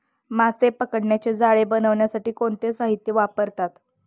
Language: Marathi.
मासे पकडण्याचे जाळे बनवण्यासाठी कोणते साहीत्य वापरतात?